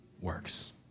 works